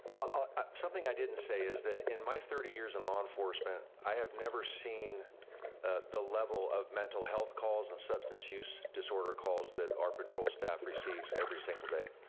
ah something i didn't say is that in my thirty years in law enforcement, i have never seen the level of mental health calls and substance use disorder calls that our patrol staff receives every single day.